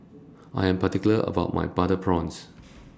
I Am particular about My Butter Prawns